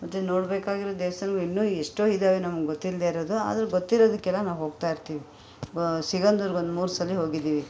ಮತ್ತೆ ನೋಡ್ಬೇಕಾಗಿರೋ ದೇವಸ್ಥಾನಗ್ಳು ಇನ್ನೂ ಎಷ್ಟೋ ಇದ್ದಾವೆ ನಮ್ಗೆ ಗೊತ್ತಿಲ್ಲದೇ ಇರೋದು ಆದರೂ ಗೊತ್ತಿರೋದಕ್ಕೆಲ್ಲ ನಾವು ಹೋಗ್ತಾಯಿರ್ತೀವಿ ಸಿಗಂಧೂರಿಗೆ ಒಂದು ಮೂರು ಸಲ ಹೋಗಿದ್ದೀವಿ